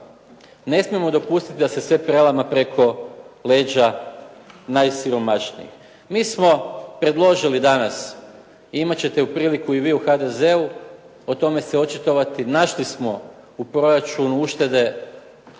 Ne smijemo dopustiti da se sve prelama preko leđa najsiromašnijih. Mi smo predložili danas, i imat ćete priliku i vi u HDZ-u o tome se očitovati, našli smo u proračun uštede 1,6